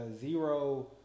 zero